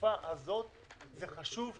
בתקופה הזאת זה חשוב כפליים,